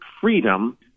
freedom